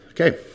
Okay